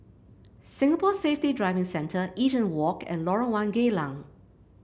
Singapore Safety Driving Centre Eaton Walk and Lorong One Geylang